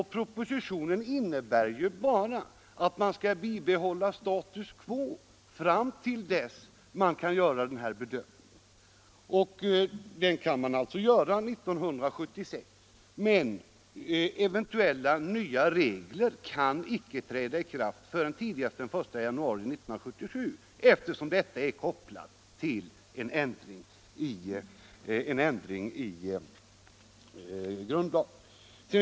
Propositionen innebär bara att man skall bibehålla status quo fram till dess man kan göra denna bedömning. Den kan man alltså göra 1976, men eventuella nya regler kan inte träda i kraft förrän tidigast den 1 januari 1977, eftersom detta är kopplat till en ändring i grundlagen.